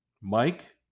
Mike